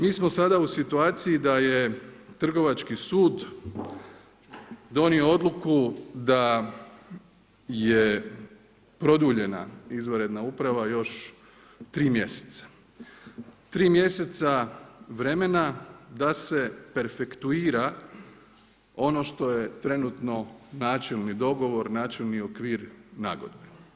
Mi smo sada u situaciji da je trgovački sud donio odluku da je produljena izvanredna uprava još tri mjeseca, tri mjeseca vremena da se perfektuira ono što je trenutno načelni dogovorni, načelni okvir nagodbe.